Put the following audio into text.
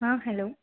ಹಾಂ ಹೆಲೋ